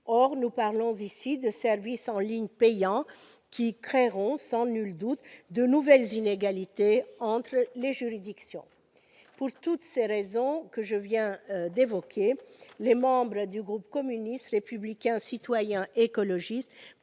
Or nous parlons ici de services en ligne payants qui créeront, sans nul doute, de nouvelles inégalités entre justiciables. Pour toutes ces raisons, les membres du groupe communiste républicain citoyen et écologiste